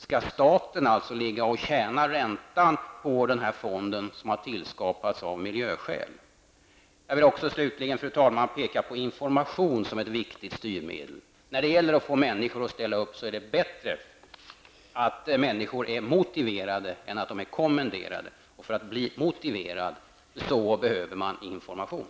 Skall staten alltså tjäna räntan på den här fonden, som har skapats av miljöskäl? Jag vill slutligen, fru talman, peka på information som ett viktigt styrmedel. När det gäller att få människor att ställa upp är det bättre att människor är motiverade än att de är kommenderade. För att bli motiverad behöver man information.